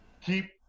keep